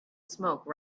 smoke